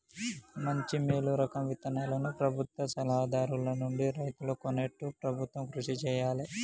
మంచి మేలు రకం విత్తనాలను ప్రభుత్వ సలహా దారుల నుండి రైతులు కొనేట్టు ప్రభుత్వం కృషి చేయాలే